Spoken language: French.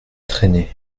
traîner